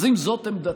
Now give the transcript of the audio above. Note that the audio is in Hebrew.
אז אם זאת עמדתכם,